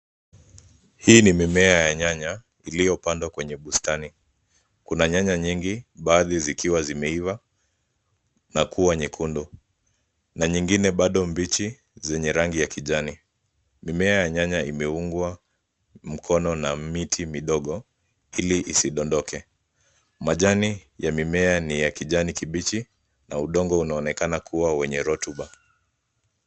Hii ni mimea ya nyanya iliyopandwa kwenye bustani. Kuna nyanya nyingi baadhi zikiwa zimeiva na kuwa nyekundu na nyingine bado mbichi zenye rangi ya kijani. Mimea ya nyanya imeungwa mkono na miti midogo ili isidondoke. Majani ya mimea ni ya kijani kibichi na udongo unaonekana kuwa wenye rotuba.